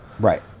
Right